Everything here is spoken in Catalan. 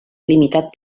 limitat